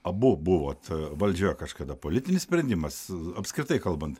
abu buvot valdžioje kažkada politinis sprendimas apskritai kalbant